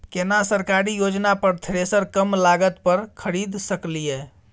केना सरकारी योजना पर थ्रेसर कम लागत पर खरीद सकलिए?